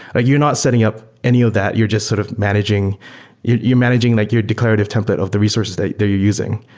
you're not setting up any of that. you're just sort of managing you're you're managing like your declarative template of the resources that you're using,